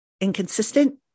inconsistent